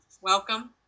Welcome